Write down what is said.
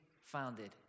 founded